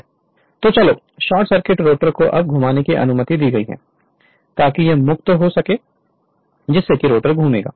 Refer Slide Time 1434 तो चलो short circuit rotor को अब घुमाने की अनुमति दी गई है ताकि यह मुक्त हो सके जिससे कि रोटर घूमेगा